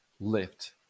Lift